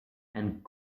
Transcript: and